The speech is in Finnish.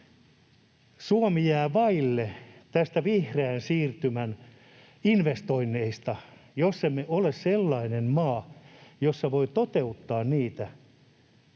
Suomi jää vaille vihreän siirtymän investoinneista, jos emme ole sellainen maa, jossa voi toteuttaa niitä